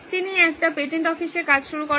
তাই তিনি একটি পেটেন্ট অফিসে কাজ শুরু করেন